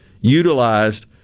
utilized